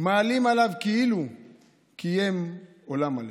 מעלים עליו כאילו קיים עולם מלא".